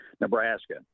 Nebraska